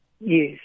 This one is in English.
Yes